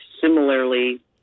similarly